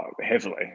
heavily